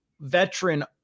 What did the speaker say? veteran